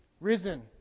risen